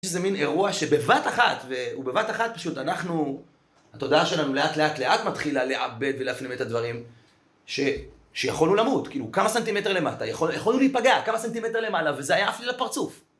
יש איזה מין אירוע שבבת אחת, הוא בבת אחת פשוט, אנחנו... התודעה שלנו לאט לאט לאט מתחילה לעבד ולהפנים את הדברים שיכולנו למות, כאילו, כמה סנטימטר למטה, יכולנו להיפגע כמה סנטימטר למעלה וזה היה אפילו לפרצוף.